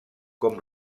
com